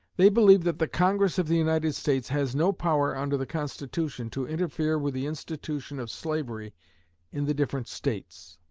they believe that the congress of the united states has no power, under the constitution, to interfere with the institution of slavery in the different states.